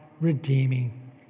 redeeming